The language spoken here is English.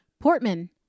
Portman